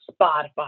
Spotify